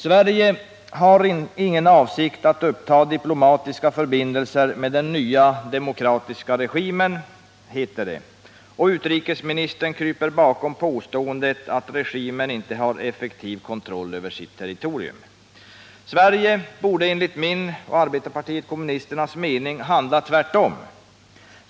Sverige har ingen avsikt att uppta diplomatiska förbindelser med den nya, demokratiska regimen, heter det, och utrikesministern kryper bakom påståendet att regimen inte har effektiv kontroll över sitt territorium. Sverige borde, enligt min och arbetarpartiet kommunisternas mening, handla tvärtom.